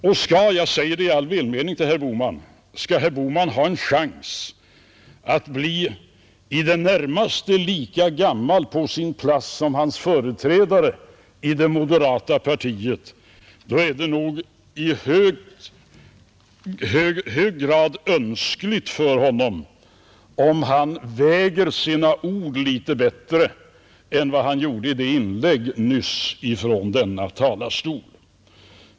Och skall herr Bohman, jag säger det i all välmening till honom, ha en chans att bli i det närmaste lika gammal på sin post som sin företrädare i det moderata partiet är det nog i hög grad önskligt för honom att han väljer sina ord litet bättre än vad han gjorde i sitt inlägg nyss från denna talarstol.